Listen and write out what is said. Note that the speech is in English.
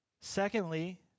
Secondly